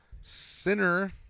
sinner